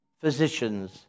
physicians